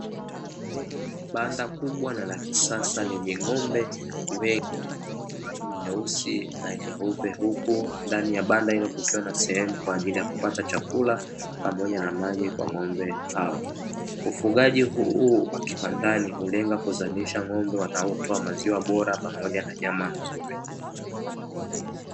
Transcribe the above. Banda kubwa na la kisasa lenye ng’ombe wengi rangi nyeusi na nyeupe huku ndani ya banda hilo kukiwa na sehemu kwa ajili ya kupata chakula pamoja na maji kwa ng’ombe hao .Ufugaji huu wa kibandani hulenga kuzalisha ng’ombe wanaotoa maziwa bora pamoja na nyama nzuri.